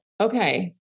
okay